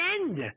end